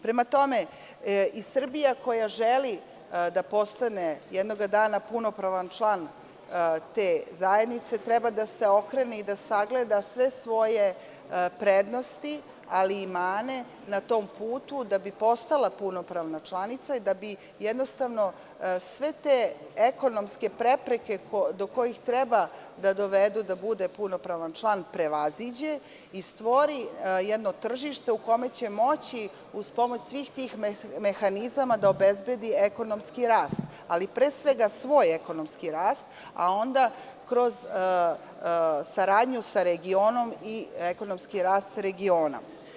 Prema tome, Srbija koja želi da postane jednog dana punopravan član te zajednice treba da se okrene i da sagleda sve svoje prednosti, ali i mane na tom putu da bi postala punopravna članica, da bi jednostavno sve te ekonomske prepreke prevaziđe i stvori jedno tržište u kome će moći, uz pomoć svih tih mehanizama, da obezbedi ekonomski rast, ali pre svega svoj ekonomski rast, a onda kroz saradnju sa regionom i ekonomski rast regiona.